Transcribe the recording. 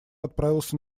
отправился